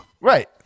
Right